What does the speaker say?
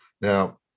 Now